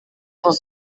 les